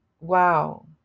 Wow